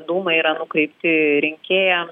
dūmai yra nukreipti rinkėjams